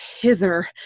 hither